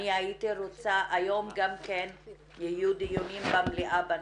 אני הייתי רוצה היום גם כן שיהיו דיונים במליאה בנושא.